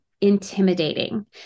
intimidating